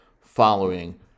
following